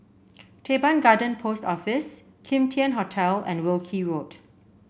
Teban Garden Post Office Kim Tian Hotel and Wilkie Road